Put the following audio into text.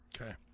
Okay